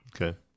Okay